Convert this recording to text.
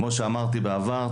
כמו שאמרתי בעבר,